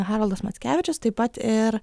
haroldas mackevičius taip pat ir